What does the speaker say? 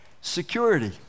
security